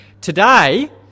Today